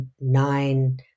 nine